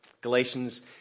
Galatians